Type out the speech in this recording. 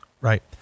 Right